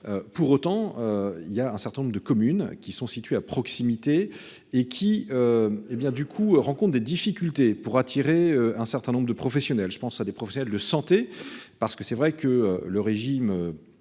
Pour autant, il y a un certain nombre de communes qui sont situées à proximité et qui. Est bien du coup, rencontre des difficultés pour attirer un certain nombre de professionnels, je pense à des professionnels de santé parce que c'est vrai que le régime.